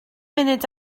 munud